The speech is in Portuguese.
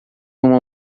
uma